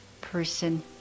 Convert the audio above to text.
person